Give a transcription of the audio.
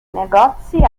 negozi